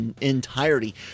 entirety